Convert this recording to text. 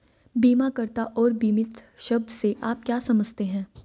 बीमाकर्ता और बीमित शब्द से आप क्या समझते हैं?